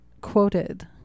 quoted